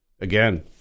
again